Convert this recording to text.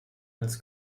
als